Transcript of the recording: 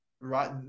right